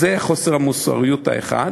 אז זה חוסר המוסריות האחד.